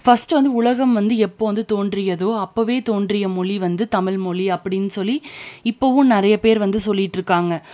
first வந்து உலகம் வந்து எப்போ வந்து தோன்றியதோ அப்பவே தோன்றியை மொழி வந்து தமிழ் மொழின்னு அப்படினு சொல்லி இப்போவும் நிறைய பேர் வந்து சொல்லிகிட்டு இருக்காங்க